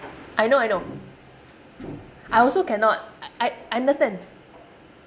I know I know I also cannot I I understand